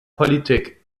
politik